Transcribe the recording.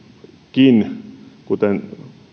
kuten